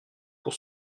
pour